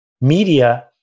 media